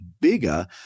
bigger